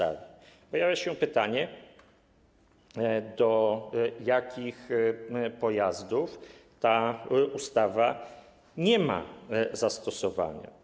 Nasuwa się pytanie, do jakich pojazdów ta ustawa nie ma zastosowania.